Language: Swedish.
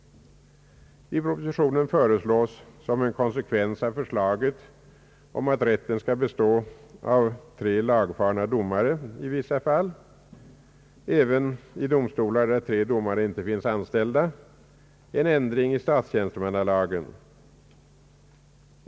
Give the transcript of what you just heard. I propositionen föreslås som en konsekvens av förslaget om att rätten i vissa fall skall bestå av tre lagfarna domare även i domstolar, där tre domare inte finns anställda, en ändring i statstjänstemannalagen.